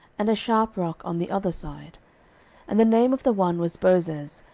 and a sharp rock on the other side and the name of the one was bozez,